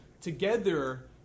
Together